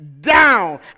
down